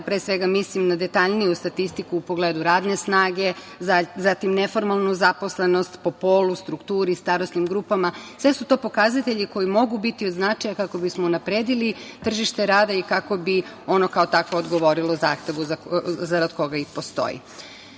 pre svega mislim na detaljniju statistiku u pogledu radne snage, zatim neformalnu zaposlenost po polu, strukturi, starosnim grupama. Sve su to pokazatelji koji mogu biti od značaja kako bismo unapredili tržište rada i kako bi ono kao takvo odgovorilo zahtevu zarad koga i postoji. Dalje,